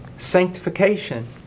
Sanctification